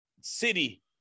city